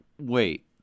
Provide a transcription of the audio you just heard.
wait